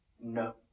no